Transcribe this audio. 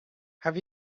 have